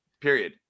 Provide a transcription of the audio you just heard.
period